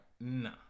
nah